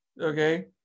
okay